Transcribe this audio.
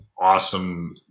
awesome